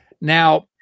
Now